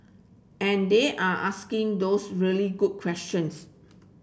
and they're asking those really good questions